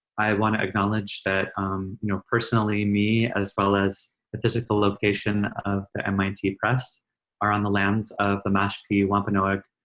i wanna acknowledge that you know personally, me, as well as the physical location of the mit press are on the lands of the mashpee wampanoag,